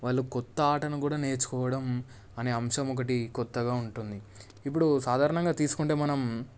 వాళ్ళు కొత్త ఆటను కూడా నేర్చుకోవడం అనే అంశం ఒకటి కొత్తగా ఉంటుంది ఇప్పుడు సాధారణంగా తీసుకుంటే మనం